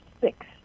six